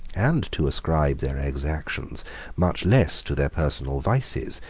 and to ascribe their exactions much less to their personal vices,